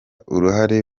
uruhare